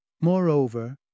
Moreover